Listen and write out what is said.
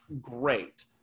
great